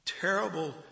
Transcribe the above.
terrible